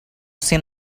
seen